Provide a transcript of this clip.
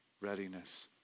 readiness